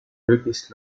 möglichst